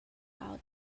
out